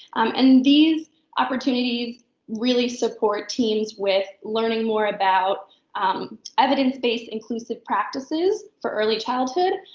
and these opportunities really support teams with learning more about evidence-based inclusive practices for early childhood,